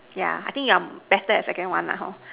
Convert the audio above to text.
yeah I think you are better at second one lah hor